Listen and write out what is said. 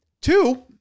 Two